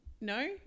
no